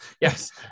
yes